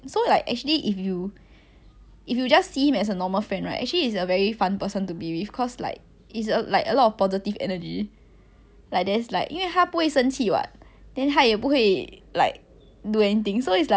like there's like 因为他不会生气 [what] then 他也不会 like do anything so it's like actually 是没有什么好生气的 but then when you consider whether you want to get together with the person right then you start to scrutinise everything he do then you will feel very pek cek